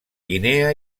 guinea